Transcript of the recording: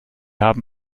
haben